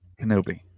Kenobi